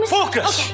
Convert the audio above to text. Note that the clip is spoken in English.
Focus